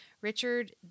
Richard